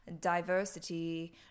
diversity